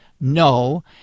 no